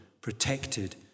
protected